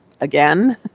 again